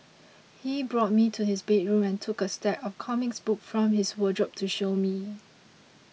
he brought me to his bedroom and took a stack of comic books from his wardrobe to show me